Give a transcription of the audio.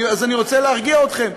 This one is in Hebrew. אז אני רוצה להרגיע אתכם: